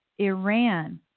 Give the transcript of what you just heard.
Iran